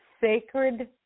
sacred